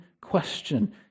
question